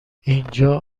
اینجا